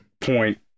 point